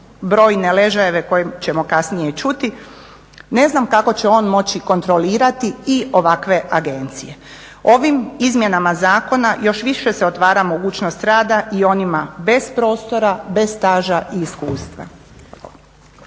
brojne ležajeve koje ćemo kasnije čuti. Ne znam kako će on moći kontrolirati i ovakve agencije. Ovim izmjenama zakona još više se otvara mogućnost rada i onima bez prostora, bez staža i iskustva.